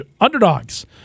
Underdogs